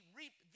reap